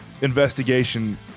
investigation